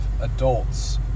adults